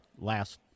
last